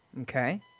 Okay